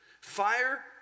fire